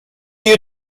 you